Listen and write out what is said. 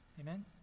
Amen